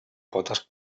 potes